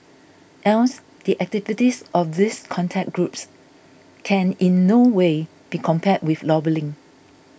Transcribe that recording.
hence the activities of these contact groups can in no way be compared with lobbying